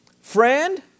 Friend